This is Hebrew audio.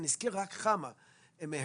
אזכיר רק כמה מהן.